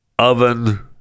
oven